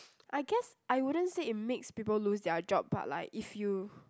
I guess I wouldn't say it makes people lose their job but like if you